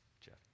Jeff